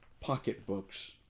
pocketbooks